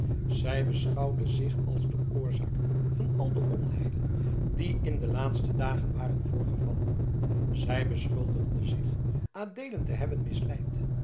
zij beschouwde zich als de oorzaak van al de onheilen die in de laatste dagen waren voorgevallen zij beschuldigde zich adeelen te hebben misleid